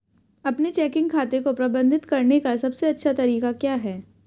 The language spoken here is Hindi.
अपने चेकिंग खाते को प्रबंधित करने का सबसे अच्छा तरीका क्या है?